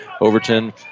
Overton